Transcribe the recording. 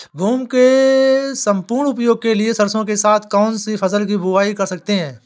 भूमि के सम्पूर्ण उपयोग के लिए सरसो के साथ कौन सी फसल की बुआई कर सकते हैं?